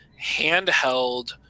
handheld